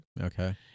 Okay